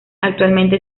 actualmente